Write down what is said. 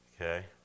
Okay